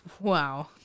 wow